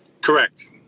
Correct